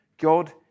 God